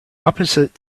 opposite